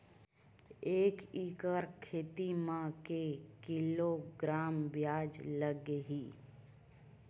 एक एकड़ खेती म के किलोग्राम प्याज लग ही?